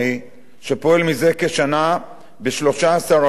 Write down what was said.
שפועל זה כשנה ב-13 רשויות,